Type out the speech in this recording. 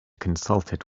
consulted